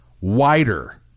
wider